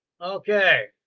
Okay